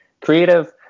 creative